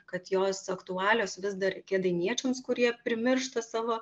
kad jos aktualios vis dar kėdainiečiams kurie primiršta savo